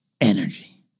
Energy